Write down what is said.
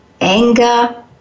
anger